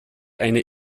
eine